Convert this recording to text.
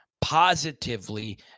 positively